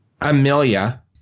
Amelia